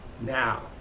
Now